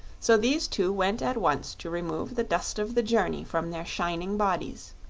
so these two went at once to remove the dust of the journey from their shining bodies.